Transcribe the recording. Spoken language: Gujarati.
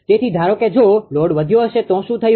તેથી ધારો કે જો લોડ વધ્યો તો શું થયું